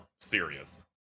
serious